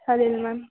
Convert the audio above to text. चालेल मॅम